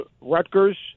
Rutgers